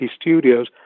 Studios